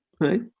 right